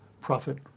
profit